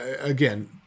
again